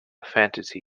fantasy